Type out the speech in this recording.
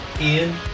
Ian